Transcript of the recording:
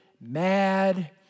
mad